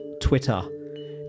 Twitter